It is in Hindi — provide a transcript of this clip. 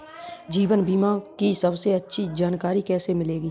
जीवन बीमा की सबसे अच्छी जानकारी कैसे मिलेगी?